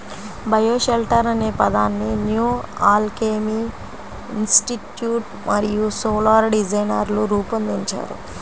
bioshelter అనే పదాన్ని New Alchemy Institute మరియు సోలార్ డిజైనర్లు రూపొందించారు